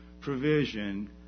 provision